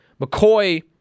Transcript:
McCoy